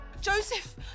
Joseph